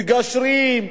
מגשרים,